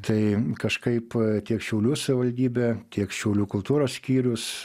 tai kažkaip tiek šiaulių savivaldybė tiek šiaulių kultūros skyrius